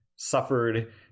suffered